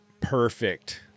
perfect